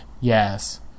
yes